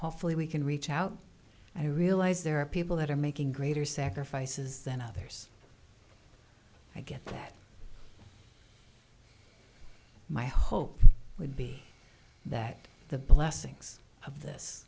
hopefully we can reach out i realize there are people that are making greater sacrifices than others i get that my hope would be that the blessings of this